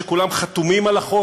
שכולם חתומים על החוק,